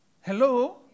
Hello